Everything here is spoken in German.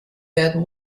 werden